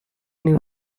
new